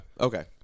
Okay